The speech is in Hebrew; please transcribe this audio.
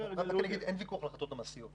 אין ויכוח על ההחלטות המעשיות.